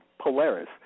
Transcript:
Polaris